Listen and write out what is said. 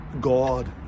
God